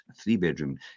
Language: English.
three-bedroom